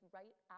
right